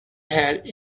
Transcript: had